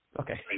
okay